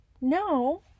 No